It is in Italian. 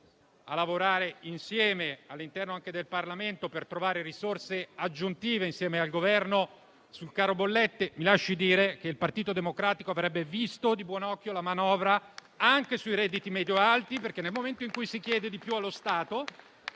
a lavorare insieme, anche all'interno del Parlamento, per trovare risorse aggiuntive insieme al Governo sul caro bollette. Mi lasci dire che il Partito Democratico avrebbe visto di buon occhio la manovra anche sui redditi medio-alti, perché, nel momento in cui si chiede di più allo Stato,